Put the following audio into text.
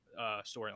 storyline